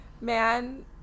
Man